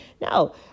No